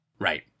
Right